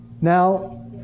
Now